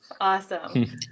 awesome